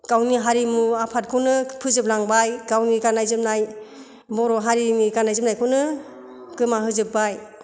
गावनि हारिमु आफादखौनो फोजोबलांबाय गावनि गाननाय जोमनाय बर' हारिनि गाननाय जोमनायखौनो गोमा होजोबबाय